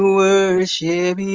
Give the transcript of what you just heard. worship